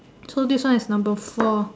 so this one is number four